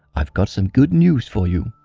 i've got some good news for you.